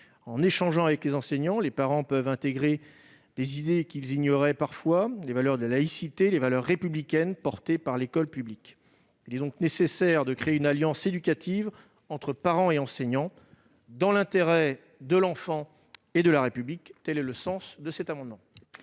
parents. Dans ce type d'échanges, les parents peuvent intégrer des idées qu'ils ignoraient parfois, comme la laïcité et les valeurs républicaines portées par l'école publique. Il est nécessaire de créer une « alliance éducative » entre parents et enseignants, dans l'intérêt de l'enfant et de la République. Tel est le sens de cet amendement.